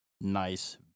nice